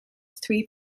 three